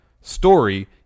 story